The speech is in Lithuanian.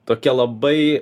tokia labai